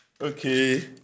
Okay